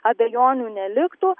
abejonių neliktų